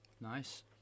Nice